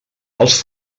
els